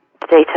data